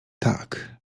tak